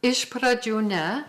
iš pradžių ne